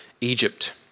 Egypt